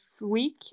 week